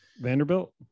Vanderbilt